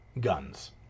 guns